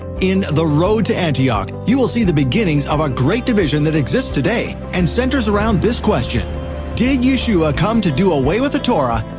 in the road to antioch, you will see the beginnings of a great division that exists today and centers around this question did yeshua come to do away with the torah,